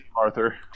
Arthur